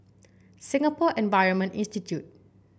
Singapore Environment Institute